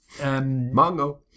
Mango